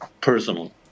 personal